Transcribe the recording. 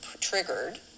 triggered